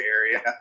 area